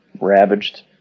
ravaged